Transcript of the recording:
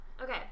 Okay